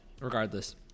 regardless